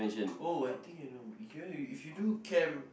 oh I think I know if you do camp